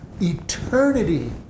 eternity